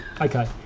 Okay